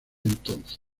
entonces